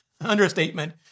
understatement